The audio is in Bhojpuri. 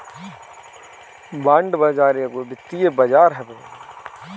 बांड बाजार एगो वित्तीय बाजार हवे